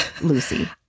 Lucy